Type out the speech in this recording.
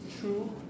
true